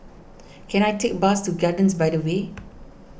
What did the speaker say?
can I take a bus to Gardens by the Bay